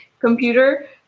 computer